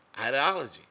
ideology